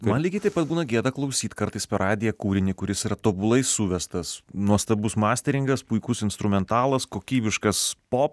man lygiai taip pat būna gėda klausyt kartais per radiją kūrinį kuris yra tobulai suvestas nuostabus masteringas puikus instrumentas kokybiškas pop